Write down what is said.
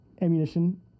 ammunition